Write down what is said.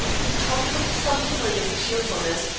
he talked with some degree of cheerfulness,